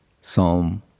Psalm